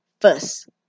first